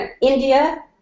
India